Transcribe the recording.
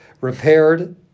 repaired